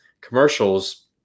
commercials